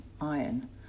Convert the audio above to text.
iron